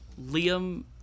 Liam